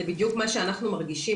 זה בדיוק מה שאנחנו מרגישים.